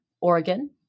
oregon